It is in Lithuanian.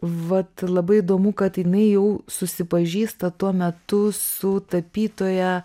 vat labai įdomu kad jinai jau susipažįsta tuo metu su tapytoja